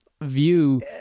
view